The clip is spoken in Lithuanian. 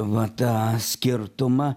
va tą skirtumą